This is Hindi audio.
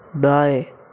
दायें